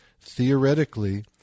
theoretically